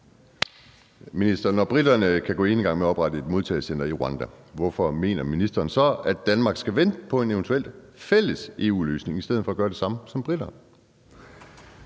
fantastisk. Når briterne kan gå enegang med at oprette et modtagecenter i Rwanda, hvorfor mener ministeren så, at Danmark skal vente på en eventuel fælles EU-løsning i stedet for at gøre det samme som briterne?